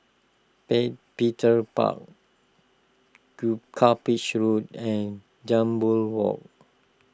Pay Petir Park Cuppage Road and Jambol Walk